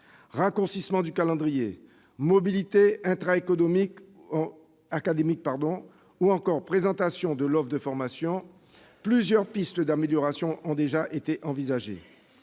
Raccourcissement du calendrier, mobilité intra-académique, ou encore présentation de l'offre de formation : plusieurs pistes d'amélioration ont déjà été envisagées.